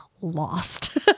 lost